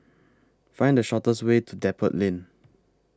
Find The fastest Way to Depot Lane